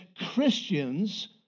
Christians